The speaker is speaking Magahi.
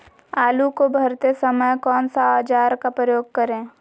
आलू को भरते समय कौन सा औजार का प्रयोग करें?